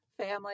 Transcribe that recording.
family